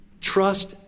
Trust